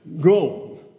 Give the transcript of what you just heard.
go